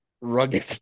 rugged